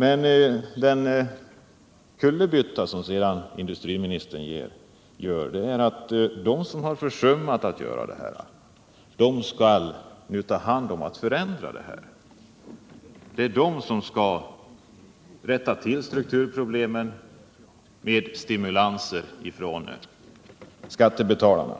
Men de som har försummat problemen skall nu ta hand om och förändra detta — det är den kullerbytta som industriministern gör. Struk turproblemen skall rättas till med stimulanser från skattebetalarna